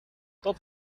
dat